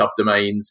subdomains